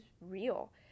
real